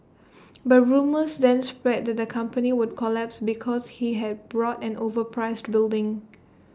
but rumours then spread that the company would collapse because he had bought an overpriced building